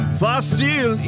fácil